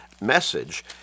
message